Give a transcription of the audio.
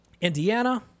Indiana